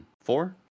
four